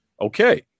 Okay